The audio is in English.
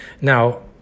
Now